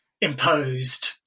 imposed